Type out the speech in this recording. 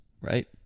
right